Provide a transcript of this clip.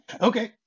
Okay